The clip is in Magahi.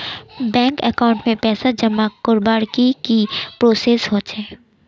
बैंक अकाउंट में पैसा जमा करवार की की प्रोसेस होचे?